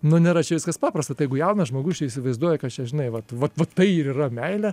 na nėra čia viskas paprasta tai jeigu jaunas žmogus čia įsivaizduoja kad čia žinai vat vat vat tai ir yra meilė